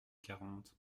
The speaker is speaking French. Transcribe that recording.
quarante